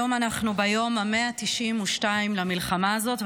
היום אנחנו ביום ה-192 למלחמה הזאת,